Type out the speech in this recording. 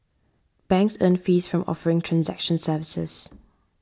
banks earn fees from offering transaction services